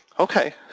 Okay